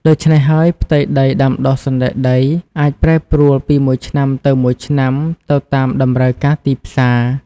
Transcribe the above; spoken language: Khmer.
ដូច្នេះហើយ ផ្ទៃដីដាំដុះសណ្តែកដីអាចប្រែប្រួលពីមួយឆ្នាំទៅមួយឆ្នាំទៅតាមតម្រូវការទីផ្សារ។